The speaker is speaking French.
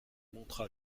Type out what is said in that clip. montra